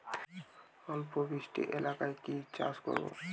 অল্প বৃষ্টি এলাকায় কি চাষ করব?